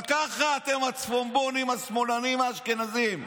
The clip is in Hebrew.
אבל ככה אתם, הצפונבונים השמאלנים האשכנזים.